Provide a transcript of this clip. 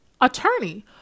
attorney